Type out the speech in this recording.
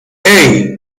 hey